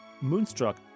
Moonstruck